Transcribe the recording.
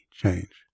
change